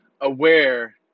aware